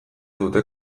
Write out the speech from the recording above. dute